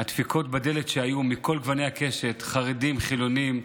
הדפיקות בדלת היו מכל גוני הקשת, חרדים, חילונים,